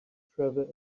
travel